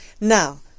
Now